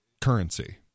currency